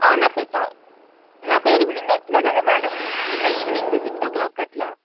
నా పేరు స నా పేరు నిన్న నచ్చిన కదా మేడం నిన్న ఈవినింగ్ సిక్స్ ఓ క్లాక్ అట్ల